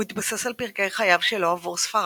הוא התבסס על פרקי חייו שלו עבור ספריו,